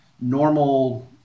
normal